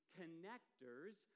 connectors